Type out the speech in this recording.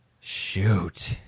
Shoot